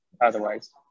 Otherwise